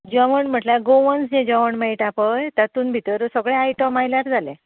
जेवण म्हणल्यार गोवन्स जें जेवण मेळटा पळय तातून भितर सगळे आयटम्स आयल्यार जाले